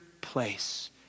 place